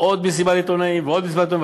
עוד מסיבת עיתונאים ועוד מסיבת עיתונאים,